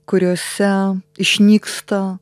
kuriose išnyksta